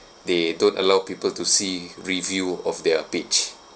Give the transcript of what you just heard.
they don't allow people to see review of their page